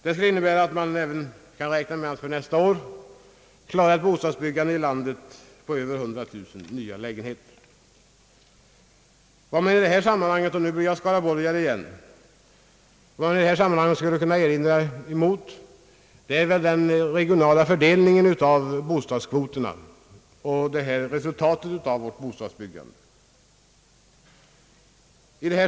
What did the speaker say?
Det innebär att man kan räkna med att för nästa år klara ett bostadsbyggande i landet på över 100 000 nya lägenheter. Vad man i detta sammanhang — och nu är jag ånyo skaraborgare — kan ha att invända emot är att bostadsbyggandets regionala fördelning inte är helt tillfredsställande.